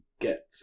get